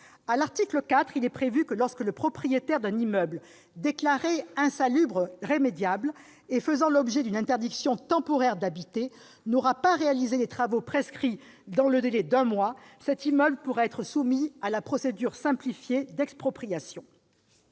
À l'article 4, il est prévu que, lorsque le propriétaire d'un immeuble déclaré insalubre remédiable et faisant l'objet d'une interdiction temporaire d'habiter n'aura pas réalisé les travaux prescrits dans le délai d'un mois, cet immeuble pourra être soumis à la procédure simplifiée d'expropriation.